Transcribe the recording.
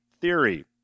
Theory